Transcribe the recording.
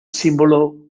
símbolo